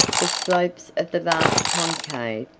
the slopes of the vast concave,